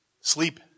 sleep